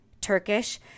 Turkish